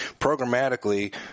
programmatically